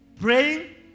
Praying